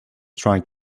trying